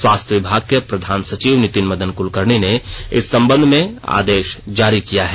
स्वास्थ्य विभाग के प्रधान सचिव नितिन मदन कुलकर्णी ने इस संबंध में आदेश जारी किया है